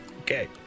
Okay